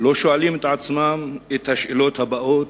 לא שואלים את עצמם את השאלות הבאות?